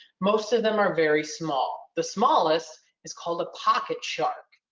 most of them are very small. the smallest is called a pocket shark.